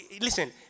Listen